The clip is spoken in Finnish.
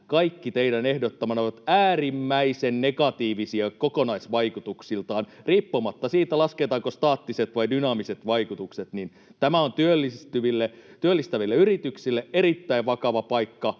kaikki teidän ehdottamanne ovat äärimmäisen negatiivisia kokonaisvaikutuksiltaan. Riippumatta siitä, lasketaanko staattiset vai dynaamiset vaikutukset, tämä on erittäin vakava paikka